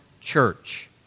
church